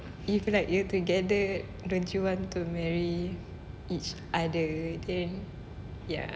if like you're together don't you want to marry each other then ya